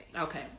Okay